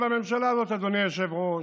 אבל הממשלה הזאת, אדוני היושב-ראש,